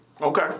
Okay